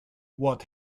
what